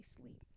sleep